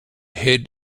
hid